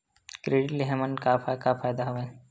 Credit ले हमन का का फ़ायदा हवय?